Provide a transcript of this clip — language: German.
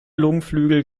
lungenflügel